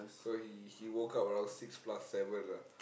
so he he woke up around six plus seven lah